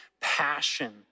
passion